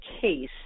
case